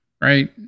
right